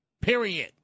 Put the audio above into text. Period